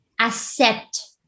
accept